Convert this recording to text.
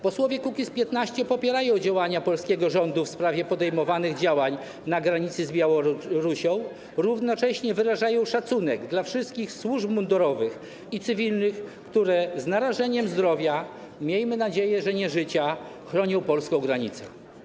Posłowie Kukiz’15 popierają działania polskiego rządu w sprawie podejmowanych działań na granicy z Białorusią, równocześnie wyrażają szacunek dla wszystkich służb mundurowych i cywilnych, które z narażeniem zdrowia - miejmy nadzieję, że nie życia - chronią polską granicę.